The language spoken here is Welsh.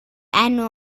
enw